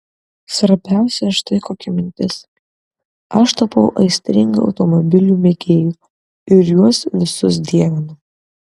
svarbiausia štai kokia mintis aš tapau aistringu automobilių mėgėju ir juos visus dievinu